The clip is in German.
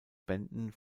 bänden